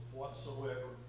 whatsoever